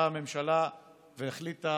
באה הממשלה והחליטה,